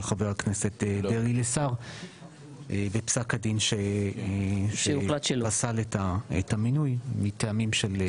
חבר הכנסת דרעי לשר ופסק הדין שפסל את המינוי מטעמים של סבירות.